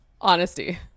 Honesty